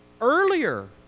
earlier